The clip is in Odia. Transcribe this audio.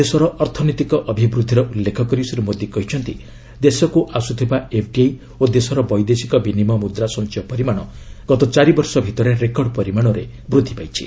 ଦେଶର ଅର୍ଥନୈତିକ ଅଭିବୃଦ୍ଧିର ଉଲ୍ଲେଖ କରି ଶ୍ରୀ ମୋଦି କହିଛନ୍ତି ଦେଶକୁ ଆସୁଥିବା ଏଫ୍ଡିଆଇ ଓ ଦେଶର ବୈଦେଶିକ ବିନିମୟ ମୁଦ୍ରା ସଞ୍ଚୟ ପରିମାଣ ଗତ ଚାରିବର୍ଷ ଭିତରେ ରେକର୍ଡ ପରିମାଣରେ ବୃଦ୍ଧି ପାଇଛି